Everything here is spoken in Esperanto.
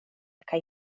kaj